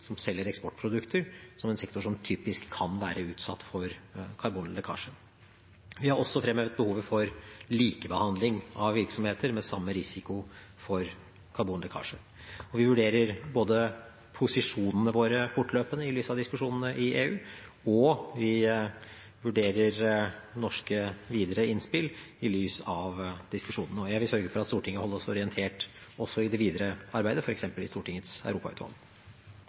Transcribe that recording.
som selger eksportprodukter, som en sektor som typisk kan være utsatt for karbonlekkasje. Vi har også fremhevet behovet for likebehandling av virksomheter med samme risiko for karbonlekkasje. Og vi vurderer posisjonene våre fortløpende i lys av diskusjonene i EU, og vi vurderer videre norske innspill i lys av diskusjonene. Jeg vil sørge for at Stortinget holdes orientert også i det videre arbeidet, f.eks. i Stortingets europautvalg.